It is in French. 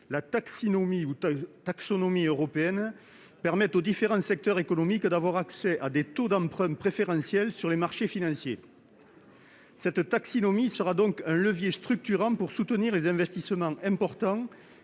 la taxinomie- ou taxonomie -européenne permet aux différents secteurs économiques d'avoir accès à des taux d'emprunt préférentiels sur les marchés financiers. Cette taxinomie sera donc un levier structurant pour soutenir les investissements importants